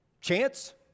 chance